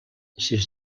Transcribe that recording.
sis